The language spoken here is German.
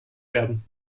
werden